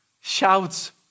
shouts